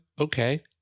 Okay